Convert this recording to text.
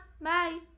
Bye